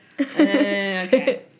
Okay